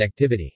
connectivity